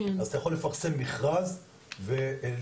אז אפשר לפרסם מכרז ולציין,